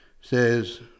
says